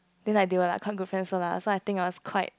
then like they were like quite good friends so lah so I think was quite